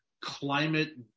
climate